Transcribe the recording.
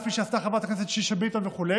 כמו שעשתה חברת הכנסת שאשא ביטון וכו'.